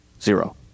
zero